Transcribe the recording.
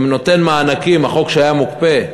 החוק שהיה מוקפא,